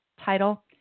title